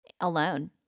alone